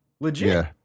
Legit